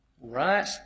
right